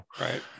right